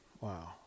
wow